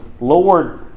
Lord